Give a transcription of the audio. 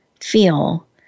feel